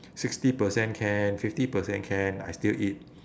sixty percent can fifty percent can I still eat